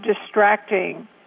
distracting